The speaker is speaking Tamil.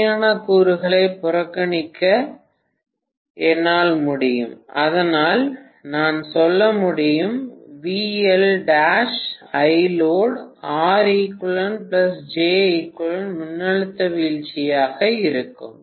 இணையான கூறுகளை புறக்கணிக்க என்னால் முடியும் அதனால் நான் சொல்ல முடியும் மின்னழுத்த வீழ்ச்சியாக இருக்கும்